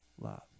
Love